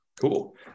cool